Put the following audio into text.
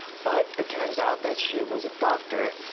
but it turns out that she was a doctor.